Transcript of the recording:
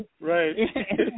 right